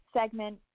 segment